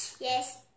Yes